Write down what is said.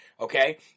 Okay